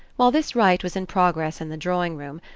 while this rite was in progress in the drawing-room,